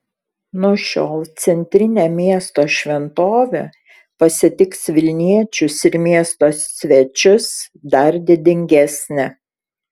nuo šiol centrinė miesto šventovė pasitiks vilniečius ir miesto svečius dar didingesnė